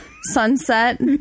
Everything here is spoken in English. Sunset